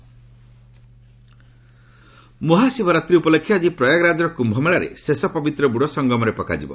UP Kumbh Mahashivratri ଉପଲକ୍ଷେ ଆଜି ପ୍ରୟାଗରାଜର କୃମ୍ୟମେଳାରେ ଶେଷ ପବିତ୍ର ବୃଡ଼ ସଂଗମରେ ପକାଯିବ